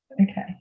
okay